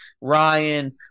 Ryan